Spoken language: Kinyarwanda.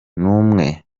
numwe